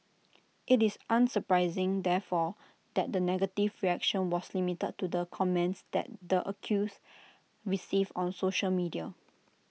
IT is unsurprising therefore that the negative reaction was limited to the comments that the accused received on social media